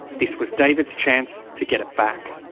this was david's chance to get it back.